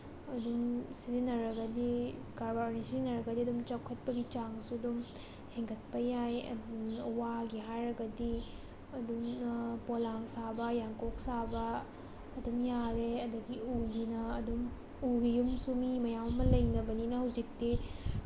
ꯑꯗꯨꯝ ꯁꯤꯖꯤꯟꯅꯔꯒꯗꯤ ꯀꯔꯕꯥꯔꯒꯤ ꯁꯤꯖꯤꯟꯅꯔꯒꯗꯤ ꯑꯗꯨꯝ ꯆꯥꯎꯈꯠꯄꯒꯤ ꯆꯥꯡꯁꯨ ꯑꯗꯨꯝ ꯍꯦꯟꯒꯠꯄ ꯌꯥꯏ ꯑꯗꯨꯒ ꯋꯥꯒꯤ ꯍꯥꯏꯔꯒꯗꯤ ꯑꯗꯨꯝ ꯄꯣꯂꯥꯡ ꯁꯥꯕ ꯌꯥꯡꯀꯣꯛ ꯁꯥꯕ ꯑꯗꯨꯝ ꯌꯥꯔꯦ ꯑꯗꯒꯤ ꯎꯒꯤꯅ ꯑꯗꯨꯝ ꯎꯒꯤ ꯌꯨꯝꯁꯨ ꯃꯤ ꯃꯌꯥꯝ ꯑꯃ ꯂꯩꯅꯕꯅꯤꯅ ꯍꯧꯖꯤꯛꯇꯤ